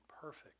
perfect